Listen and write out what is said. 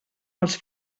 els